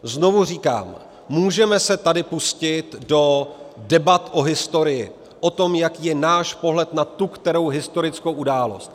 Znovu říkám, můžeme se tady pustit do debat o historii, o tom, jaký je náš pohled na tu kterou historickou událost.